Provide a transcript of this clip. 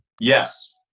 Yes